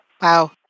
Wow